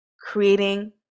creating